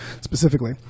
specifically